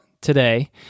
today